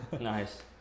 Nice